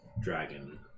dragon